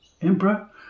Emperor